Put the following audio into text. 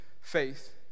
faith